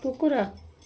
କୁକୁର